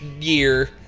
year